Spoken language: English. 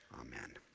Amen